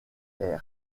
est